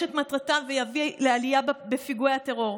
את מטרתם ויביא לעלייה בפיגועי הטרור.